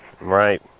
Right